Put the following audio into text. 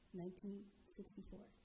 1964